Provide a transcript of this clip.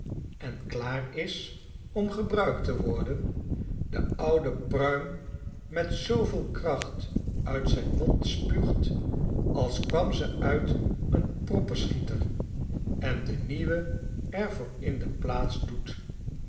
en klaar is om gebruikt te worden de oude pruim met zooveel kracht uit zijn mond spuugt als kwam ze uit een proppenschieter en de nieuwe er voor in de plaats doet